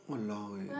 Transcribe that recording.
!walao! eh